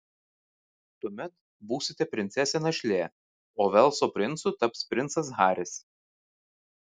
tuomet būsite princesė našlė o velso princu taps princas haris